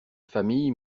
famille